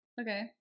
Okay